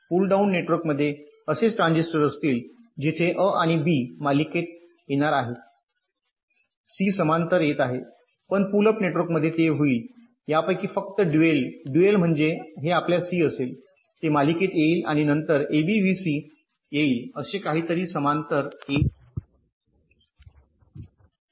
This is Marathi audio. पुल डाउन नेटवर्कमध्ये असे ट्रान्झिस्टर असतील जिथे ए आणि बी मालिकेत येणार आहे सी समांतर येत आहे पण पुल अप नेटवर्क मध्ये ते होईल यापैकी फक्त ड्युअल ड्युअल म्हणजे हे आपल्या सी असेल ते मालिकेत येईल आणि नंतर ए बी व्ही सी येईल असे काहीतरी समांतर येत आहे